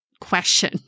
question